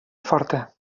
forta